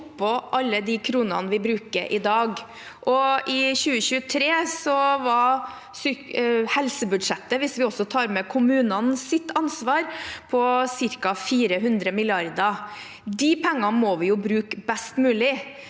oppå alle de kronene vi bruker i dag. I 2023 var helsebudsjettet, hvis vi også tar med kommunenes ansvar, på ca. 400 mrd. kr. De pengene må vi bruke best mulig.